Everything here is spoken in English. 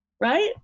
Right